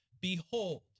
Behold